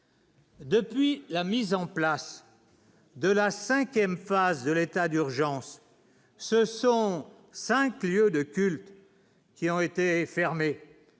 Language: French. Depuis la mise en place. De la 5ème phase de l'état d'urgence, ce sont 5 lieux de culte qui ont été fermés.